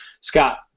Scott